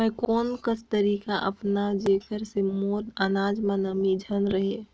मैं कोन कस तरीका अपनाओं जेकर से मोर अनाज म नमी झन रहे?